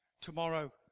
Tomorrow